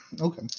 Okay